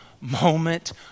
moment